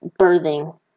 birthing